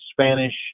Spanish